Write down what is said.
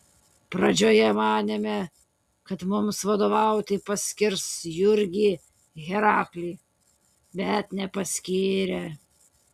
pradžioje manėme kad mums vadovauti paskirs jurgį heraklį bet nepaskyrė